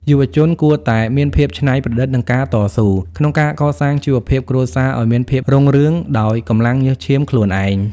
យុវជនគួរតែ "មានភាពច្នៃប្រឌិត និងការតស៊ូ" ក្នុងការកសាងជីវភាពគ្រួសារឱ្យមានភាពរុងរឿងដោយកម្លាំងញើសឈាមខ្លួនឯង។